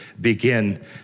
begin